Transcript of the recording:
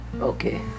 Okay